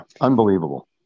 unbelievable